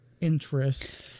interest